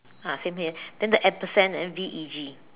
ah same here then the and sign and V E G